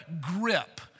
grip